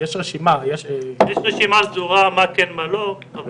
יש רשימה סדורה מה כן ומה לא.